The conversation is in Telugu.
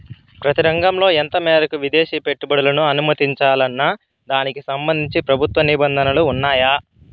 ప్రతి రంగంలో ఎంత మేరకు విదేశీ పెట్టుబడులను అనుమతించాలన్న దానికి సంబంధించి ప్రభుత్వ నిబంధనలు ఉన్నాయా?